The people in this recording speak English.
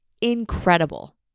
incredible